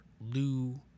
Lou